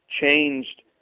changed